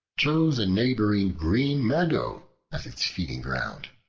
chose a neighboring green meadow as its feeding ground.